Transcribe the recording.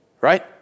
Right